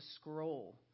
scroll